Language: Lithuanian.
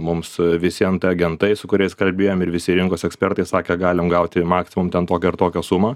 mums visiem tą agentai su kuriais kalbėjom ir visi rinkos ekspertai sakė galim gauti maksimum ten tokią ir tokią sumą